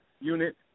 Unit